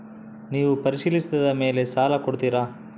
ನೇವು ಪರಿಶೇಲಿಸಿದ ಮೇಲೆ ಸಾಲ ಕೊಡ್ತೇರಾ?